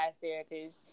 therapist